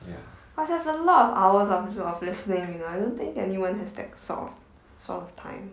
because there's a lot of hours of of listening you know I don't think anyone has that sort of sort of time